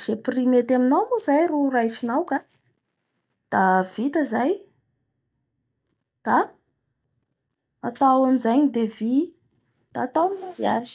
izay prix mety aminao moa zay ro raisinao ka da vita zay da atao amizay ny devis da atao ny mariage.